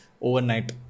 overnight